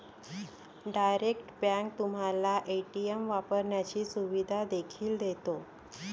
direct bank तुम्हाला ATM वापरण्याची सुविधा देखील देते